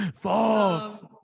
false